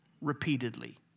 repeatedly